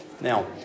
Now